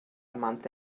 month